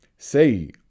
say